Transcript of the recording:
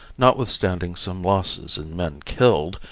notwithstanding some losses in men killed,